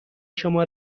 شما